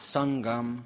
Sangam